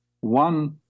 one